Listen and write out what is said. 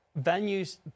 venues